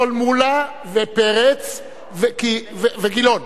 יכולים מולה, ופרץ וגילאון.